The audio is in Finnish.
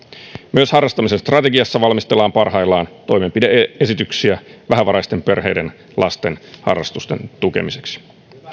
myös harrastamisen strategiassa valmistellaan parhaillaan toimenpide esityksiä vähävaraisten perheiden lasten harrastusten tukemiseksi